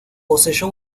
poseyó